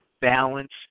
balance